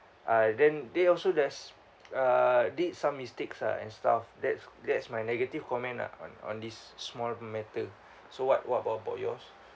uh then they also does uh did some mistakes ah and stuff that's that's my negative comment ah on on this small matter so what what about about yours